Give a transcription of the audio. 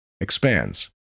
expands